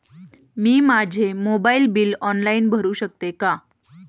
मी माझे mobile bill online भरू शकते का?